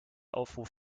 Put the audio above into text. aufruf